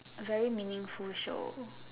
very meaningful show